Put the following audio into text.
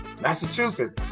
Massachusetts